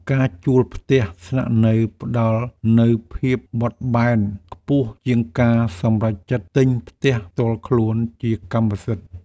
ការជួលផ្ទះស្នាក់នៅផ្តល់នូវភាពបត់បែនខ្ពស់ជាងការសម្រេចចិត្តទិញផ្ទះផ្ទាល់ខ្លួនជាកម្មសិទ្ធិ។